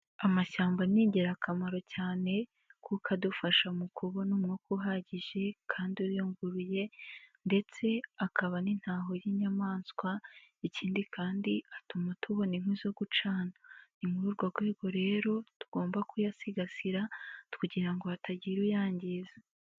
Amashyamba ni ingirakamaro cyane, kuko adufasha mu kubona umwuka uhagije kandi uyunguruye, ndetse akaba n'intaho y'inyamaswa, ikindi kandi atuma tubona inkwi zo gucana ,ni muri urwo rwego rero tugomba kuyasigasira, kugira ngo hatagira uyangiza.